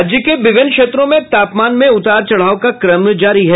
राज्य के विभिन्न क्षेत्रों में तापमान में उतार चढ़ाव का क्रम जारी है